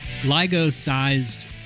LIGO-sized